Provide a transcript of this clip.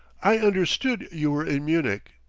i understood you were in munich,